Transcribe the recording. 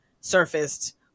surfaced